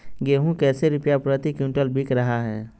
गेंहू कैसे रुपए प्रति क्विंटल बिक रहा है?